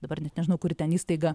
dabar net nežinau kuri ten įstaiga